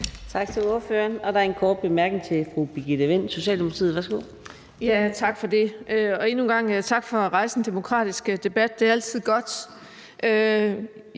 Tak for det. Og endnu en gang tak for at rejse den her demokratiske debat; det er altid godt.